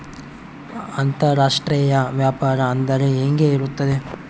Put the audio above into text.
ಅಂತರಾಷ್ಟ್ರೇಯ ವ್ಯಾಪಾರ ಅಂದರೆ ಹೆಂಗೆ ಇರುತ್ತದೆ?